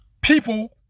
people